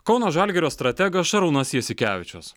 kauno žalgirio strategas šarūnas jasikevičius